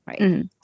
right